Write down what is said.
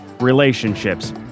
relationships